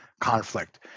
conflict